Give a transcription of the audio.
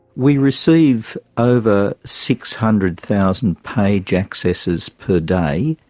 we receive over six hundred thousand page accesses per day,